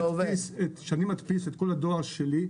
כשאני מדפיס את כל הדואר שלי,